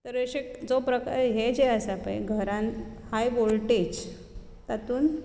तर अशे जो प्रकार हे जे आसा पळय घरांत हाय वोल्टॅज तातूंत